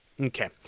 Okay